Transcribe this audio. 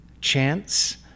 chance